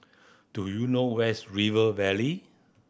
do you know where is River Valley